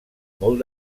molt